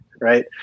right